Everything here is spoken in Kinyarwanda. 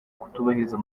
kutubahiriza